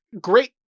great